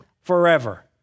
forever